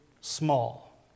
small